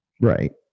Right